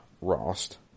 Rost